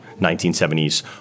1970s